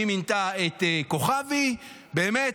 והיא מינתה את כוכבי -- אלקין,